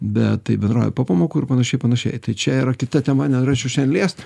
bet tai bendrauja po pamokų ir panašiai panašiai tai čia yra kita tema nenorėčiau šiandien liest